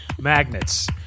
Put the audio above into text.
Magnets